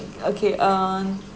okay uh